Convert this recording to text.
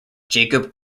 jacob